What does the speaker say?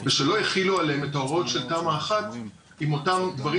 ושלא החילו עליהם את ההוראות של תמ"א1 עם אותם דברים